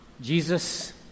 Jesus